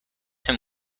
him